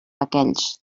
aquells